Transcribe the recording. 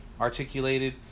articulated